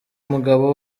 umugabo